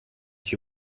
die